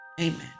Amen